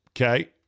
Okay